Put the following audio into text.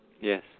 Yes